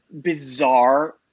bizarre